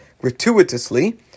gratuitously